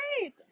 great